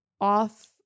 off